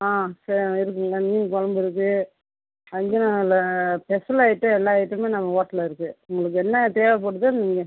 ஆ இருக்குதுங்க மீன் குழம்பு இருக்கு வஞ்சிரமில் ஸ்பெஷல் ஐட்டம் எல்லா ஐட்டமும் நம்ம ஹோட்டலில் இருக்குது உங்களுக்கு என்ன தேவைப்படுதோ நீங்கள்